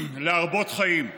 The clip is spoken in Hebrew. להרבות חיים.